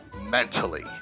mentally